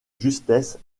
justesse